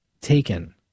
taken